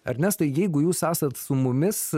ernestai jeigu jūs esat su mumis